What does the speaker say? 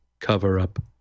cover-up